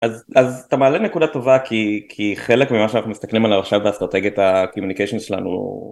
אז אתה מעלה נקודה טובה כי חלק ממה שאנחנו מסתכלים על הרשת ואסטרטגיית הקימוניקשין שלנו